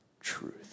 truth